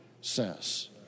says